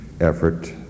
effort